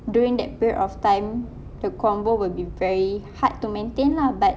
during that period of time the convo will be very hard to maintain lah but